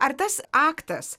ar tas aktas